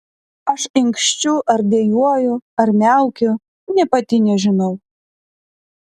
aš inkščiu ar dejuoju ar miaukiu nė pati nežinau